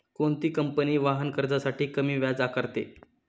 कोणती कंपनी वाहन कर्जासाठी कमी व्याज आकारते?